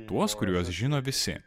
tuos kuriuos žino visi